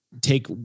take